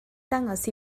dangos